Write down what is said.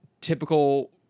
typical